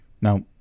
Now